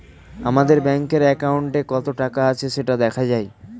আমাদের ব্যাঙ্কের অ্যাকাউন্টে কত টাকা আছে সেটা দেখা যায়